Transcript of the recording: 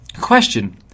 Question